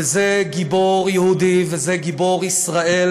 וזה גיבור יהודי, וזה גיבור ישראל,